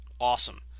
Awesome